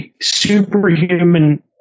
superhuman